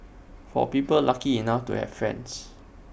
for people lucky enough to have friends